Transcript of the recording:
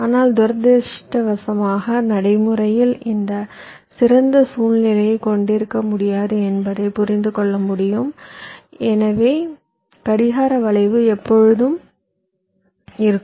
ஆனால் துரதிர்ஷ்டவசமாக நடைமுறையில் இந்த சிறந்த சூழ்நிலையை கொண்டிருக்க முடியாது என்பதை புரிந்து கொள்ள முடியும் எனவே கடிகார வளைவு எப்பொழுதும் இருக்கும்